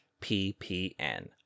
ppn